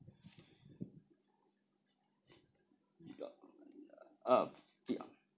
uh ya